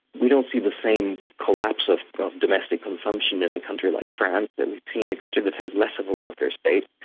we don't see the same collapse of domestic consumption in a country like france that you see in a country that has less of a welfare state.